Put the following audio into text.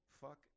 fuck